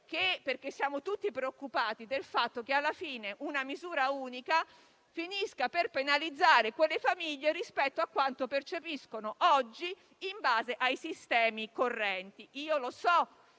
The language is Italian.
diritto. Siamo tutti preoccupati del fatto che alla fine una misura unica finisca per penalizzare alcune famiglie rispetto a quanto percepiscono oggi in base ai sistemi correnti.